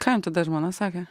ką jum tada žmona sakė